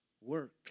work